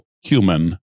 human